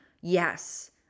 yes